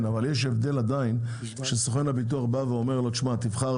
עדיין יש הבדל בין זה שסוכן הביטוח אומר לו לבחור